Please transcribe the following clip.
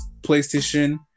PlayStation